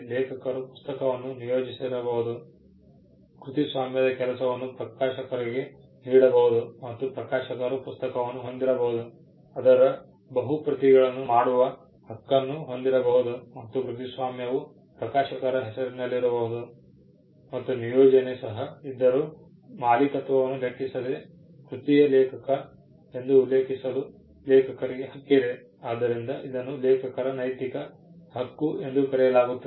ಲೇಖಕರು ಪುಸ್ತಕವನ್ನು ನಿಯೋಜಿಸಿರಬಹುದು ಕೃತಿಸ್ವಾಮ್ಯದ ಕೆಲಸವನ್ನು ಪ್ರಕಾಶಕರಿಗೆ ನೀಡಬಹುದು ಮತ್ತು ಪ್ರಕಾಶಕರು ಪುಸ್ತಕವನ್ನು ಹೊಂದಿರಬಹುದು ಅದರ ಬಹು ಪ್ರತಿಗಳನ್ನು ಮಾಡುವ ಹಕ್ಕನ್ನು ಹೊಂದಿರಬಹುದು ಮತ್ತು ಕೃತಿಸ್ವಾಮ್ಯವು ಪ್ರಕಾಶಕರ ಹೆಸರಿನಲ್ಲಿರಬಹುದು ಮತ್ತು ನಿಯೋಜನೆ ಸಹ ಇದ್ದರೂ ಮಾಲೀಕತ್ವವನ್ನು ಲೆಕ್ಕಿಸದೆ ಕೃತಿಯ ಲೇಖಕ ಎಂದು ಉಲ್ಲೇಖಿಸಲು ಲೇಖಕರಿಗೆ ಹಕ್ಕಿದೆ ಆದ್ದರಿಂದ ಇದನ್ನು ಲೇಖಕರ ನೈತಿಕ ಹಕ್ಕು ಎಂದು ಕರೆಯಲಾಗುತ್ತದೆ